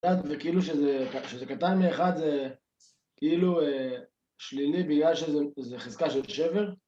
וכאילו כשזה קטן מאחד זה כאילו שלילי בגלל שזו חזקה של שבר